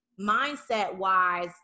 mindset-wise